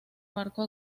marco